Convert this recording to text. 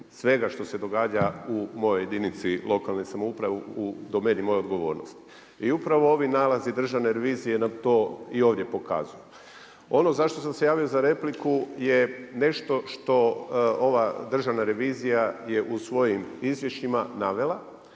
svega što se događa u mojoj jedinici lokalne samouprave u domeni moje odgovornosti. I upravo ovi nalazi Državne revizije nam to i ovdje pokazuju. Ono zašto sam se javio za repliku je nešto što ova državna revizija je u svojim izvješćima navela